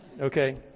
Okay